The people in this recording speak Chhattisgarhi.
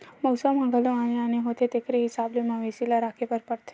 मउसम ह घलो आने आने होथे तेखर हिसाब ले मवेशी ल राखे बर परथे